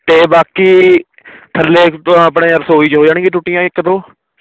ਅਤੇ ਬਾਕੀ ਥੱਲੇ ਆਪਣੇ ਰਸੋਈ 'ਚ ਹੋ ਜਾਣਗੀਆਂ ਟੁੱਟੀਆਂ ਇੱਕ ਦੋ